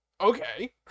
okay